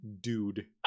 dude